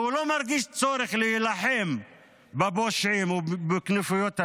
והוא לא מרגיש צורך לי להילחם בפושעים ובכנופיות הפשע.